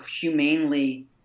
humanely